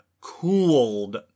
cooled